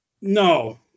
No